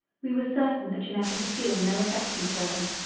we were certain that janetta could feel no affection for him,